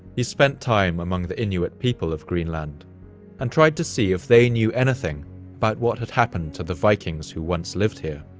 he spent time among the inuit people of greenland and tried to see if they knew anything about but what had happened to the vikings who once lived here.